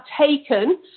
taken